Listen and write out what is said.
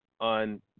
on